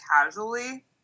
casually